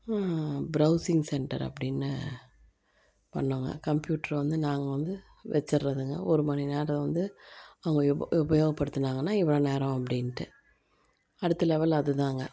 browsing centre அப்படின்னு பண்ணோம்ங்க computer வந்து நாங்கள் வந்து வெச்சிடுறதுங்க ஒரு மணி நேரம் வந்து அவங்க உபயோகப்படுத்தினாங்கன்னா இவ்வளோ நேரம் அப்படின்ட்டு அடுத்த லெவல் அதுதாங்க